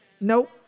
Nope